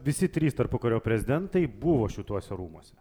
visi trys tarpukario prezidentai buvo šituose rūmuose